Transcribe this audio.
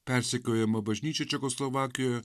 persekiojama bažnyčia čekoslovakijoje